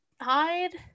hide